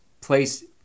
place